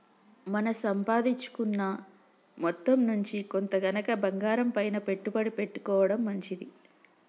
మన సంపాదించుకున్న మొత్తం నుంచి కొంత గనక బంగారంపైన పెట్టుబడి పెట్టుకోడం మంచిది